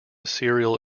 cereal